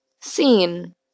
seen